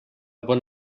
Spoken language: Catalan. bon